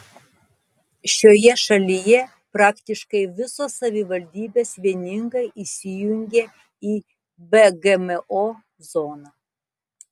šioje šalyje praktiškai visos savivaldybės vieningai įsijungė į be gmo zoną